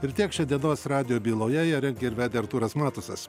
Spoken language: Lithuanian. ir tiek šiandienos radijo byloje ją rengė ir vedė artūras matusas